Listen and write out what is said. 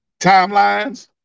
timelines